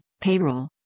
Payroll